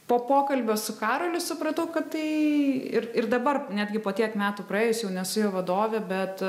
po pokalbio su karoliu supratau kad tai ir ir dabar netgi po tiek metų praėjus jau nesu jo vadovė bet